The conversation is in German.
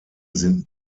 sind